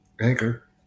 Anchor